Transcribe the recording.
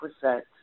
percent